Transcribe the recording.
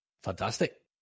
Fantastic